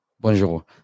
bonjour